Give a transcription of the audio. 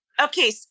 Okay